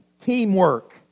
Teamwork